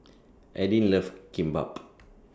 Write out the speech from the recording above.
Aidyn loves Kimbap